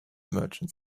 merchant